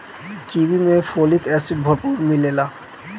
kiwi में folic acid भरपूर मिलेला